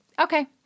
Okay